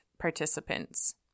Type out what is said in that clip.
participants